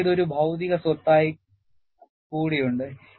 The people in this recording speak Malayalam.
നിങ്ങൾക്ക് ഇത് ഒരു ഭൌതിക സ്വത്തായി കൂടി ഉണ്ട്